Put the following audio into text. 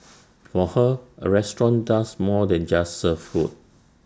for her A restaurant does more than just serve food